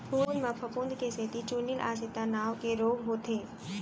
फूल म फफूंद के सेती चूर्निल आसिता नांव के रोग होथे